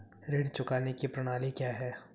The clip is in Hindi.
ऋण चुकाने की प्रणाली क्या है?